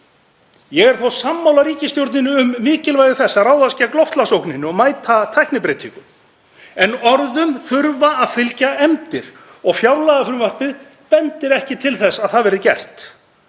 Ég er þó sammála ríkisstjórninni um mikilvægi þess að ráðast gegn loftslagsógninni og mæta tæknibreytingum en orðum þurfa að fylgja efndir og fjárlagafrumvarpið bendir ekki til þess að það verði gert.